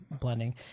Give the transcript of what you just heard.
blending